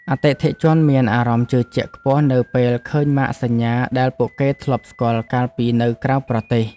អតិថិជនមានអារម្មណ៍ជឿជាក់ខ្ពស់នៅពេលឃើញម៉ាកសញ្ញាដែលពួកគេធ្លាប់ស្គាល់កាលពីនៅក្រៅប្រទេស។